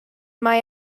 mai